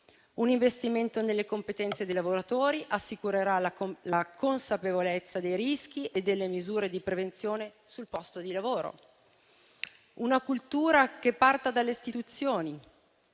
un investimento nelle competenze dei lavoratori assicurerà la consapevolezza dei rischi e delle misure di prevenzione sul posto di lavoro; una cultura che parta dalle istituzioni,